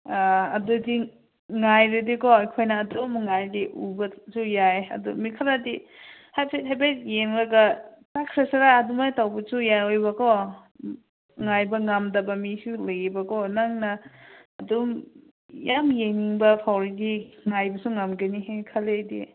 ꯑꯗꯨꯗꯤ ꯉꯥꯏꯔꯗꯤꯀꯣ ꯑꯩꯈꯣꯏꯅ ꯑꯗꯨꯝ ꯉꯥꯏꯔꯗꯤ ꯎꯕꯁꯨ ꯌꯥꯏ ꯑꯗꯨ ꯃꯤ ꯈꯔꯗꯤ ꯍꯥꯏꯐꯦꯠ ꯍꯥꯏꯐꯦꯠ ꯌꯦꯡꯂꯒ ꯆꯠꯈ꯭ꯔꯁꯤꯔ ꯑꯗꯨꯃꯥꯏꯅ ꯇꯧꯕꯁꯨ ꯌꯥꯎꯋꯦꯕꯀꯣ ꯉꯥꯏꯕ ꯉꯝꯗꯕ ꯃꯤꯁꯨ ꯂꯩꯌꯦꯕꯀꯣ ꯅꯪꯅ ꯑꯗꯨꯝ ꯌꯥꯝ ꯌꯦꯡꯅꯤꯡꯕ ꯐꯥꯎꯔꯗꯤ ꯉꯥꯏꯕꯁꯨ ꯉꯝꯈꯤꯅꯤ ꯍꯥꯏꯅ ꯈꯜꯂꯤ ꯑꯩꯗꯤ